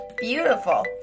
Beautiful